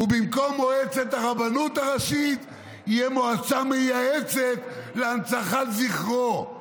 שבמקום מועצת הרבנות הראשית תהיה מועצה מייעצת להנצחת זכרו,